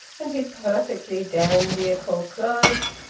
and his perfectly dandiacal clothes,